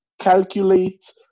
calculate